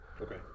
Okay